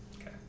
Okay